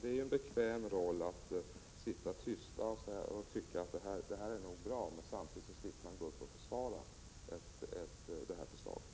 Det är en bekväm roll att sitta tyst och tycka att förslaget är bra och samtidigt inte behöva gå upp och försvara det.